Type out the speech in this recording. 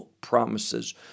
promises